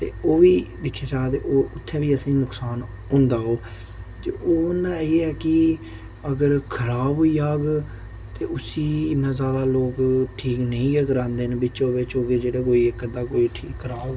ते ओह् बी दिक्खेआ जा ते उत्थें बी असेंगी नुकसान होंदा ओह् ते होंदा एह् ऐ कि अगर खराब होई जाह्ग ते उसी इन्ना ज्यादा लोक ठीक नेईं गै करांदे नी बिच्चो बिच्च ओह् बी जेह्ड़ा कोई इक अद्धा कोई ठीक कराह्ग